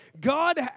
God